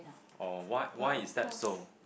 oh what why is that so